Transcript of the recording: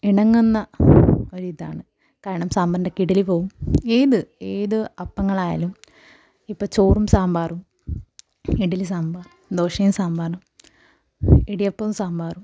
ഇണങ്ങുന്ന ഒരു ഇതാണ് കാരണം സാമ്പാറിൻ്റെ ഒക്കെ ഇഡലി പോകും ഏത് ഏത് അപ്പങ്ങളായാലും ഇപ്പം ചോറും സാമ്പാറും ഇഡലി സാമ്പാർ ദോശയും സാമ്പാറും ഇടിയപ്പവും സാമ്പാറും